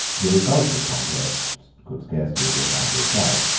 the result of a contest could scarcely be matter of doubt.